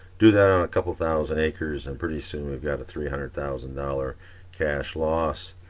do that on a couple thousand acres and pretty soon we gotta three hundred thousand dollars cash loss.